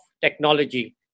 Technology